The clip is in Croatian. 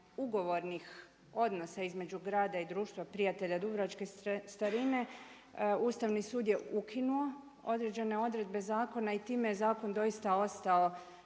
ugovornih odnosa između grada i Društva prijatelja Dubrovačke starine Ustavni sud je ukinuo određene odredbe zakona i time je zakon doista ostao